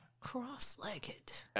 Cross-legged